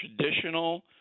traditional